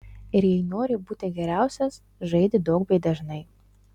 ir jei nori būti geriausias žaidi daug bei dažnai